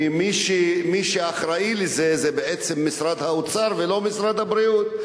כי מי שאחראי לזה זה בעצם משרד האוצר ולא משרד הבריאות.